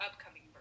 upcoming